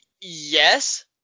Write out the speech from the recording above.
Yes